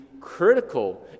critical